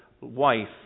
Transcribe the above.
wife